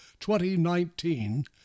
2019